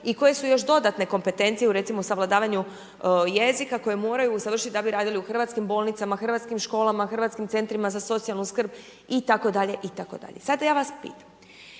i koje su još dodatne kompetencije, u recimo savladavanju jezika kojeg moraju usavršiti da bi raditi u hrvatskim bolnicama, hrvatskim školama, hrvatskim centrima za socijalnu skrb, i tako dalje, i tako dalje.